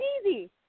easy